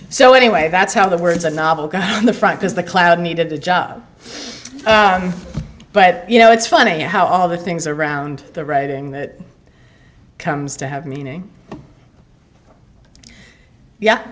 so anyway that's how the words a novel got on the front because the cloud needed the job but you know it's funny how all the things around the writing that comes to have meaning yeah